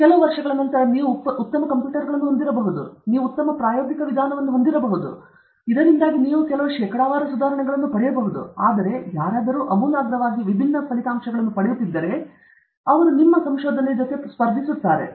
ಮತ್ತು ಕೆಲವು ವರ್ಷಗಳ ನಂತರ ನೀವು ಉತ್ತಮ ಕಂಪ್ಯೂಟರ್ಗಳನ್ನು ಹೊಂದಿರಬಹುದು ನೀವು ಉತ್ತಮ ಪ್ರಾಯೋಗಿಕ ವಿಧಾನವನ್ನು ಹೊಂದಿರಬಹುದು ಇದರಿಂದಾಗಿ ನೀವು ಕೆಲವು ಶೇಕಡಾವಾರು ಸುಧಾರಣೆಗಳನ್ನು ಪಡೆಯಬಹುದು ಆದರೆ ಯಾರಾದರೂ ಆಮೂಲಾಗ್ರವಾಗಿ ವಿಭಿನ್ನ ಫಲಿತಾಂಶಗಳನ್ನು ಪಡೆಯುತ್ತಿದ್ದರೆ ಮತ್ತು ಅವರು ನಿಮ್ಮ ಸಂಶೋಧನೆಗಳಿಗೆ ಸ್ಪರ್ಧಿಸುತ್ತಾರೆ